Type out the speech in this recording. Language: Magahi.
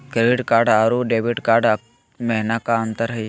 क्रेडिट कार्ड अरू डेबिट कार्ड महिना का अंतर हई?